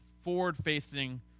forward-facing